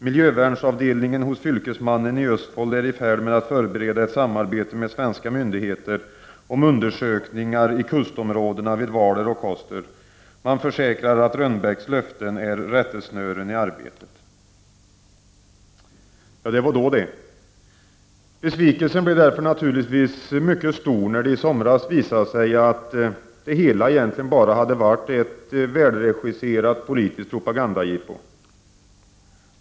Miljövernavdelningen hos fylkesmannen i Ostfold är i fård med att förbereda ett samarbete med svenska myndigheter om undersökningar i kustområdena vid Hvaler och Koster. Man försäkrar att Renbecks löften är rättesnören i arbetet. Det var då det. Besvikelsen blev därför naturligtvis mycket stor när det i somras visade sig att det hela bara hade varit ett välregisserat politiskt propagandajippo.